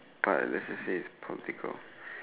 what let's just say its political